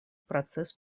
процесс